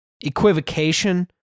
equivocation